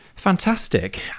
Fantastic